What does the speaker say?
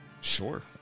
Sure